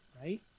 right